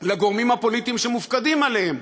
לעמדת הגורמים הפוליטיים שמופקדים עליהם.